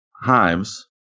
hives